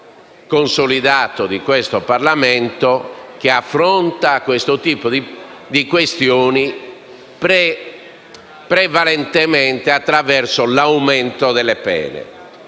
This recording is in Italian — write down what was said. consolidato di questo Parlamento che affronta questo tipo di questioni prevalentemente attraverso l'aumento delle pene,